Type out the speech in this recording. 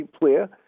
player